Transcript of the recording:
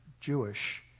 Jewish